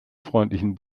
freundlichen